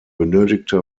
benötigte